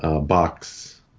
box